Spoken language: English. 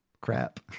crap